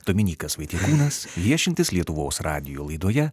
dominykas vaitiekūnas viešintis lietuvos radijo laidoje